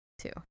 Two